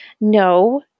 No